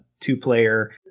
two-player